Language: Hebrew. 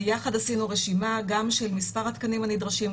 -- של מספר התקנים הנדרשים,